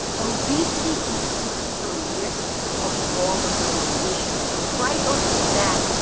obesity increases the risk of all of these issues. so right off the bat,